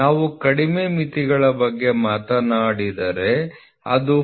ನಾವು ಕಡಿಮೆ ಮಿತಿಗಳ ಬಗ್ಗೆ ಮಾತನಾಡಿದರೆ ಅದು 40